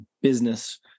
business